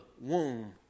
womb